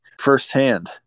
firsthand